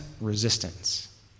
resistance